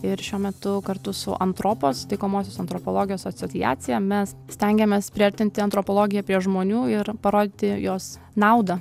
ir šiuo metu kartu su antropos taikomosios antropologijos asociacija mes stengiamės priartinti antropologiją prie žmonių ir parodyti jos naudą